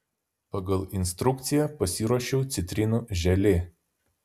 pagal instrukciją pasiruošiau citrinų želė